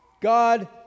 God